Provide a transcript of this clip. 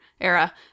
era